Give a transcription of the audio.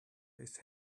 his